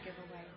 Giveaway